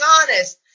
honest